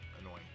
annoying